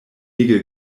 ege